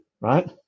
right